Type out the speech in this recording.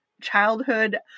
childhood